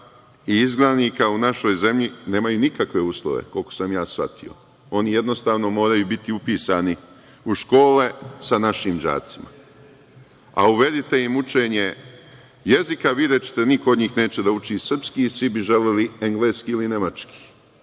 i izgnanika nemaju nikakve uslove, koliko sam shvatio, oni jednostavno moraju biti upisani u škole sa našim đacima. Uvedite im učenje jezika, videćete, niko od njih neće da uči srpski, svi bi želeli engleski ili nemački,